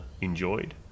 enjoyed